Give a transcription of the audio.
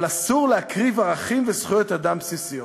אבל אסור להקריב ערכים וזכויות אדם בסיסיות,